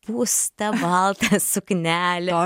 pūstą baltą suknelę